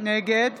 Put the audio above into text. נגד